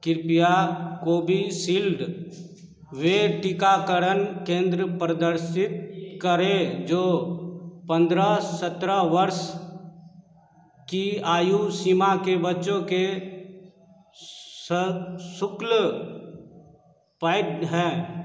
कृपया कोविशील्ड वे टीकाकरण केंद्र प्रदर्शित करें जो पंद्रह सतरह वर्ष की आयु सीमा के बच्चों के सशुल्क पैड हैं